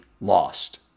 lost